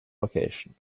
location